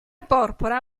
porpora